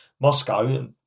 Moscow